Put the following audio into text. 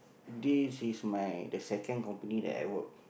this is my the second company that I work